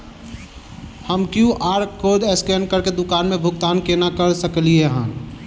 हम QR code scan करके दुकान मे भुगतान केना करऽ सकलिये एहन?